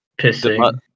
pissing